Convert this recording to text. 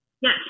Yes